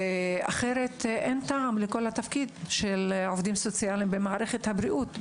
אחרת אין טעם לכל התפקיד של עובדים סוציאליים במערכת הבריאות.